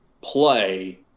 play